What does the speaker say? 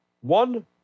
One